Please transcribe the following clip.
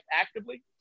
actively